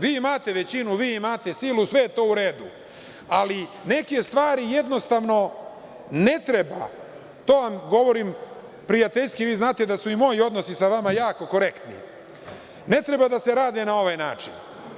Vi imate većinu, vi imate silu, sve je to u redu, ali neke stvari jednostavno ne treba, to vam govorim prijateljski, vi znate da su i moji odnosi sa vama jako korektni, ne treba da se rade na ovaj način.